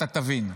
אתה תבין.